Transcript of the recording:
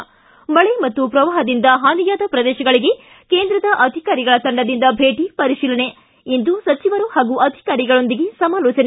ಿ ಮಳೆ ಹಾಗೂ ಪ್ರವಾಹದಿಂದ ಹಾನಿಯಾದ ಪ್ರದೇಶಗಳಿಗೆ ಕೇಂದ್ರದ ಅಧಿಕಾರಿಗಳ ತಂಡದಿಂದ ಭೇಟಿ ಪರಿಶೀಲನೆ ಇಂದು ಸಚಿವರು ಹಾಗೂ ಅಧಿಕಾರಿಗಳೊಂದಿಗೆ ಸಮಾಲೋಚನೆ